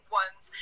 ones